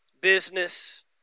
business